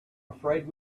afraid